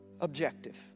objective